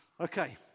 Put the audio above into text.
okay